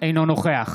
אינו נוכח